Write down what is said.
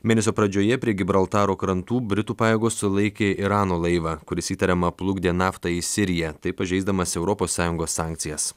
mėnesio pradžioje prie gibraltaro krantų britų pajėgos sulaikė irano laivą kuris įtariama plukdė naftą į siriją taip pažeisdamas europos sąjungos sankcijas